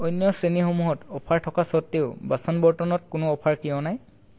অন্য শ্ৰেণীসমূহত অফাৰ থকা স্বত্তেও বাচন বৰ্তনত কোনো অফাৰ কিয় নাই